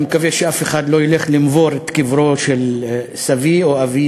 אני מקווה שאף אחד לא ילך לנבור בקבריהם של סבי או אבי,